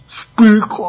speak